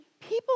people